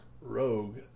Rogue